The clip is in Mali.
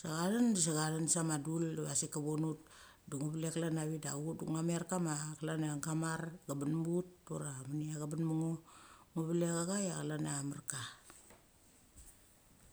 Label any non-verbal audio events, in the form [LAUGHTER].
Sa chathende sechathen sa ma dul va sik kevon ut. Du ngu velek klan a vik [UNINTELLIGIBLE] duk ngo merka ma chlan a gamar keben ma ut ura menia cheben me ngu. Ngu velek cha cha chlan a marka.